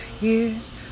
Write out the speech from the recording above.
years